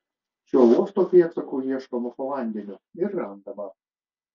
šio uosto pėdsakų ieškoma po vandeniu ir randama